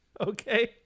Okay